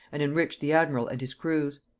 and enriched the admiral and his crews.